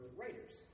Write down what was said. writers